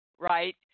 right